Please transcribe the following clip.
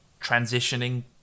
transitioning